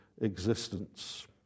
existence